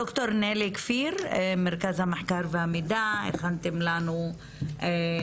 ד"ר נלי כפיר, מרכז המחקר והמידע, הכנתם לנו דוח.